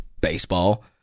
baseball